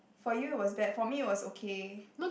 for you it was bad for me it was okay